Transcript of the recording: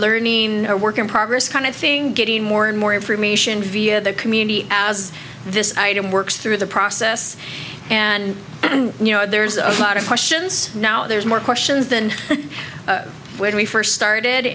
learning a work in progress kind of thing getting more and more information via the community as this item works through the process and you know there's a lot of questions now there's more questions than when we first started